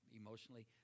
emotionally